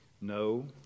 No